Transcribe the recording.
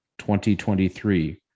2023